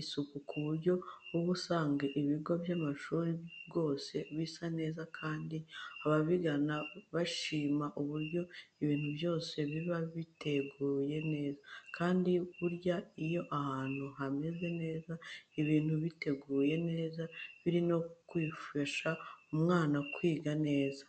isuku ku buryo uba usanga ibigo by'amashuri rwose bisa neza kandi ababigana bashima uburyo ibintu byose biba biteguwe neza, kandi burya iyo ahantu hameze neza ibintu biteguwe neza biri no mu bifasha umwana kwiga neza.